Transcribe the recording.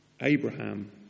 Abraham